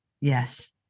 yes